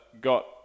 got